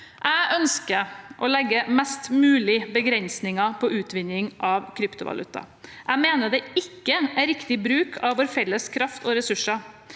Jeg ønsker å legge mest mulig begrensninger på utvinning av kryptovaluta. Jeg mener det ikke er riktig bruk av vår felles kraft og våre